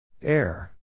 Air